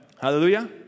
Hallelujah